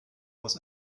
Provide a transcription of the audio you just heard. was